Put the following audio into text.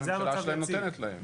הממשלה שלהם נותנת להם.